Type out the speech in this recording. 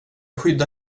skydda